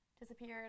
disappeared